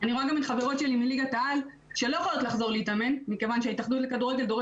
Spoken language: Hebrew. גם את ליגת העל, גם את הליגות האחרות לנשים,